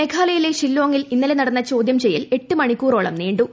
മേഘാലയിലെ ഷില്ലോങ്ങിൽ ഇന്നലെ നടന്ന ചോദ്യം ചെയ്യൽ എട്ട് മണിക്കൂറോളം നീണ്ടു